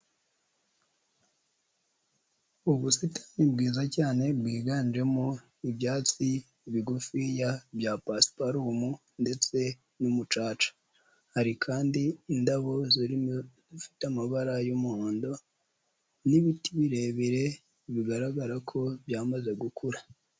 Ubusitani bwiza cyane bwiganjemo ibyatsi bigufiya bya pasiparumu ndetse n'umucaca, hari kandi indabo zirimo izifite amabara y'umuhondo n'ibiti birebire bigaragara ko byamaze gukura.